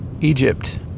egypt